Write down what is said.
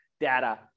data